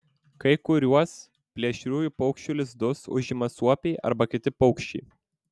kai kuriuos plėšriųjų paukščių lizdus užima suopiai arba kiti paukščiai